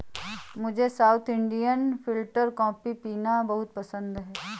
मुझे south Indian filter coffee पीना बहुत पसंद है